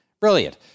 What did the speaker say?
Brilliant